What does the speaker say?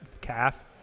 calf